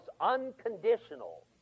unconditional